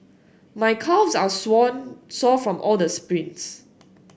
my calves are sore from all the sprints